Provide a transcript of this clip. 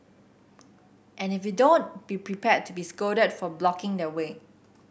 and if you don't be prepared to be scolded for blocking their way